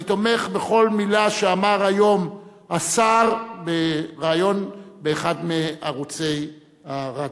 אני תומך בכל מלה שאמר היום השר בריאיון באחד מערוצי הרדיו.